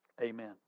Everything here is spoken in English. Amen